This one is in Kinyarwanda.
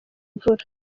mvura